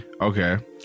Okay